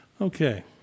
Okay